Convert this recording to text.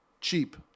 cheap